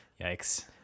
Yikes